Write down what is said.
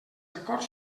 acords